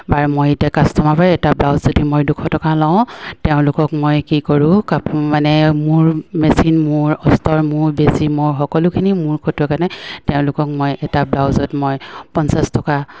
বাৰু মই এতিয়া কাষ্টমাৰ পৰা এটা ব্লাউজ যদি মই দুশ টকা লওঁ তেওঁলোকক মই কি কৰোঁ মানে মোৰ মেচিন মোৰ মোৰ বেজি মোৰ সকলোখিনি মোৰ কাৰণে তেওঁলোকক মই এটা ব্লাউজত মই পঞ্চাছ টকা